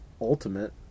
Ultimate